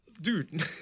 Dude